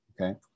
okay